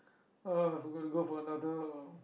uh i've got to go for another uh